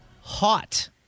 hot